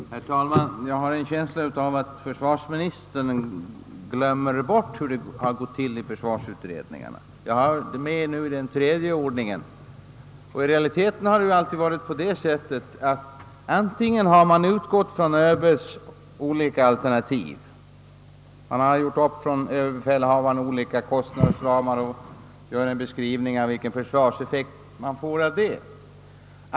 Herr talman! Jag har en känsla av att försvarsministern har glömt bort hur det går till i försvarsutredningar. Detta är den tredje i ordningen som jag har deltagit i. Det har tidigare alltid varit så, att man utgått från ÖB:s olika alternativ. ÖB har gjort upp olika kost nadsramar och gjort en beskrivning av vilken försvarseffekt man får av dessa.